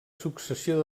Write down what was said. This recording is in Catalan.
successió